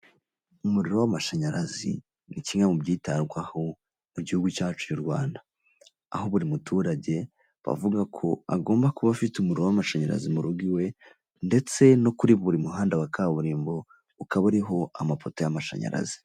Umuriro w'amashanyarazi ni kimwe mu byitabwaho mu Gihugu cyacu cy'u Rwanda. Aho buri muturage bavuga ko agomba kuba afite umuriro w'amashanyarazi mu rugo iwe ndetse no kuri buri muhanda wa kaburimbo ukaba uriho amapoto y'amashanyarazi.